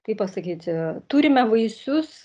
kaip pasakyti turime vaisius